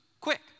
Quick